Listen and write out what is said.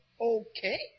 okay